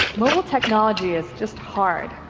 mobile technology is just hard.